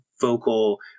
vocal